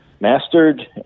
mastered